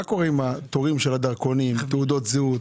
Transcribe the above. התורים של הדרכונים, תעודות זהות?